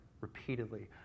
repeatedly